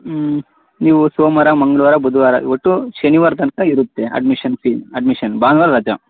ಹ್ಞೂ ನೀವು ಸೋಮವಾರ ಮಂಗ್ಳ್ವಾರ ಬುಧವಾರ ಒಟ್ಟು ಶನಿವಾರ ತನ್ಕ ಇರುತ್ತೆ ಅಡ್ಮಿಷನ್ ಫೀ ಅಡ್ಮಿಷನ್ ಭಾನುವಾರ ರಜಾ